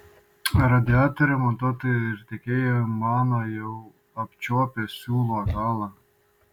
radiatorių montuotojai ir tiekėjai mano jau apčiuopę siūlo galą